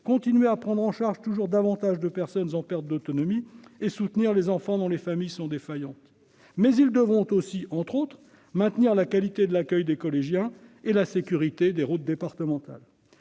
continuer à prendre en charge toujours davantage de personnes en perte d'autonomie et soutenir les enfants dont les familles sont défaillantes. Ils devront aussi, entre autres, maintenir la qualité de l'accueil des collégiens et la sécurité des routes départementales.